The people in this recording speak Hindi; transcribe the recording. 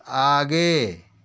आगे